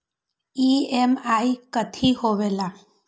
EMI कथी होवेले?